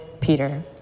Peter